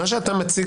מה שאתה מציג